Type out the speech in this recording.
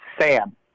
Sam